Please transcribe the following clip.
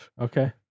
Okay